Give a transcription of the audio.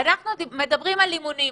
אנחנו מדברים על אימונים.